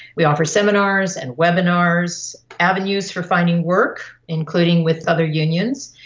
we offer seminars and webinars, avenues for finding work, including with other unions.